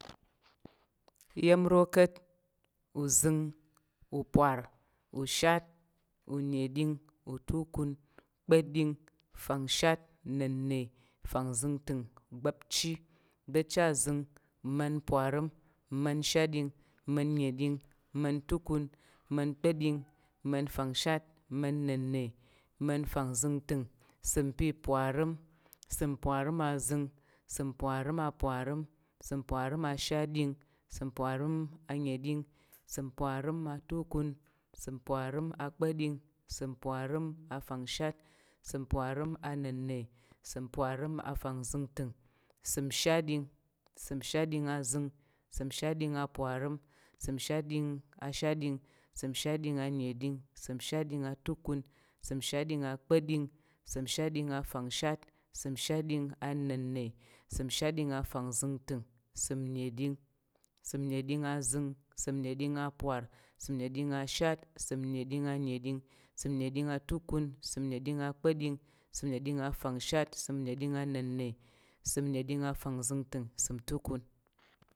Iya̱m nro ka̱t, uzəng, upar, ushad, uneɗing, utukun, kpa̱ɗing, fangshat, na̱nne, fangzəngtəng, bapci, bapci azəng, ma̱n parəm, ma̱n shatɗing, ma̱n neɗing, ama̱n atukun, ama̱n akpa̱ɗing, ama̱n fangshat, man nenne, man fangzingting, ìsəm pi parim. ìsəm parim azing, ìsəm parim a parim, ìsəm aparəm ashatɗing, ìsəm aparəm aneɗing, ìsəm parəm atukun, ìsəm aparəm akpa̱ɗing, ìsəm parəm afangshat, ìsəm parəm ana̱nne, ìsəm parəm afangzəngtəng, ìsəm shatɗing ìsəm shatɗing azəng, ìsəm shatɗing aparəm, ìsəm shatding ashatɗing, səm shatɗing aneɗing, ìsəm shatɗing atukun, ìsəm shatɗing akpa̱ding, ìsəm shatɗing afangshat, ìsəm shatɗing ana̱nne, ìsəm shatɗing afangzəngtəng, ìsəm neɗing. ìsəm neɗing azəng, ìsəm neɗing apar, ìsəm neɗing ashat, ìsəm neɗing aneɗing, ìsəm neɗing atukun, ìsəm neɗing akpa̱ɗing, ìsəm neɗing afangshat, ìsəm neɗing ana̱nne, ìsəm neɗing afangzəngtəng, ìsəm atukun.